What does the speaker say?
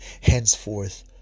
Henceforth